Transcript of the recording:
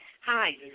Hi